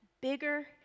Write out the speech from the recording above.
bigger